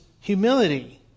humility